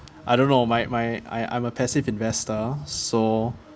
I don't know my my I I'm a passive investor so